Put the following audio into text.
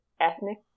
ethnic